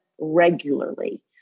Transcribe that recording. regularly